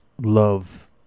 love